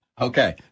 Okay